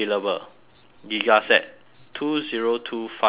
giga set two zero two five C